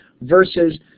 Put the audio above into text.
versus